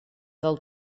del